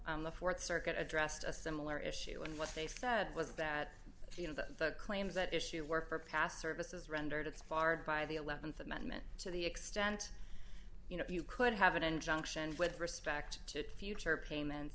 o the th circuit addressed a similar issue and what they said was that the claims that issue work for past services rendered its far by the th amendment to the extent you know you could have an injunction with respect to future payment